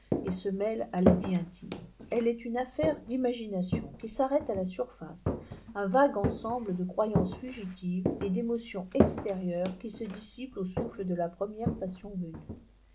et se mêle à la vie intime elle est une affaire d'imagination qui s'arrête à la surface un vague ensemble de croyances fugitives et d'émotions extérieures qui se dissipent au souffle de la première passion venue